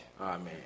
Amen